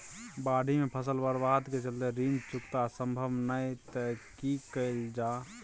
बाढि में फसल बर्बाद के चलते ऋण चुकता सम्भव नय त की कैल जा?